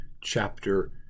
chapter